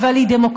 אבל היא דמוקרטית,